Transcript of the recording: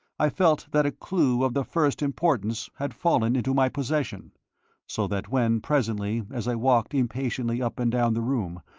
i felt that a clue of the first importance had fallen into my possession so that when, presently, as i walked impatiently up and down the room,